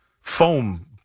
foam